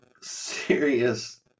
serious